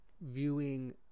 viewing